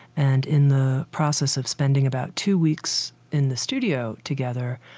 and in the process of spending about two weeks in the studio together,